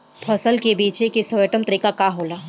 फसल के बेचे के सर्वोत्तम तरीका का होला?